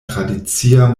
tradicia